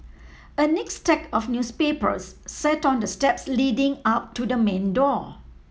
a neat stack of newspapers sat on the steps leading up to the main door